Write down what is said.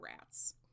rats